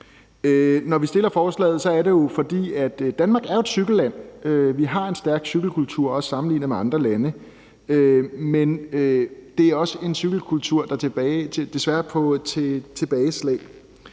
Når vi har fremsat forslaget, er det, fordi Danmark jo er et cykelland. Vi har en stærk cykelkultur, også sammenlignet med andre lande, men det er også en cykelkultur, der desværre har fået et tilbageslag.